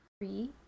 three